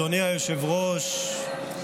היושב-ראש,